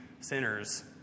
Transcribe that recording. sinners